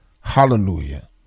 Hallelujah